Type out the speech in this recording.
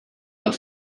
and